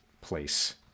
place